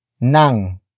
Nang